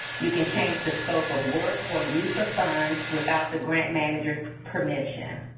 you can change the scope of work or use of funds without the grant manager's permission.